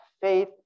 faith